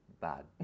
bad